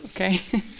okay